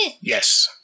Yes